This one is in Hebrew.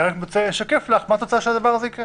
אני רק רוצה לשקף לך מה התוצאה של הדבר הזה.